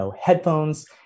headphones